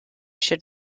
should